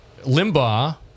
Limbaugh